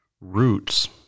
roots